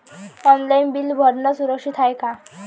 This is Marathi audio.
ऑनलाईन बिल भरनं सुरक्षित हाय का?